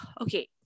Okay